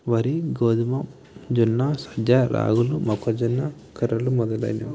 వరి గోధుమ జొన్న సజ్జ రాగులు మొక్కజొన్న కొర్రలు మొదలైనవి